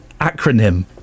acronym